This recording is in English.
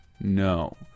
No